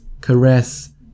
caress